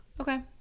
Okay